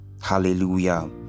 hallelujah